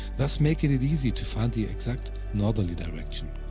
thus making it easy to find the exact northerly direction.